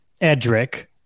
Edric